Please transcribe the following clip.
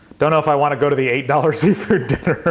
don't know if i want to go to the eight dollars seafood dinner!